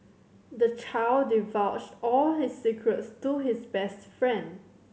the child divulged all his secrets to his best friend